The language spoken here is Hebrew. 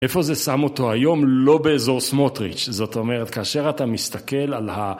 איפה זה שם אותו היום? לא באזור סמוטריץ'. זאת אומרת, כאשר אתה מסתכל על ה...